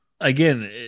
again